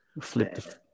flip